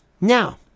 Now